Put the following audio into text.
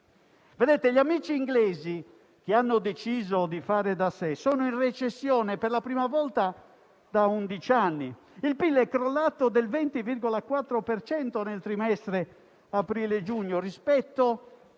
Gli amici inglesi, che hanno deciso di fare da sé, sono in recessione per la prima volta da undici anni: il PIL è crollato del 20,4 per cento nel trimestre aprile-giugno rispetto -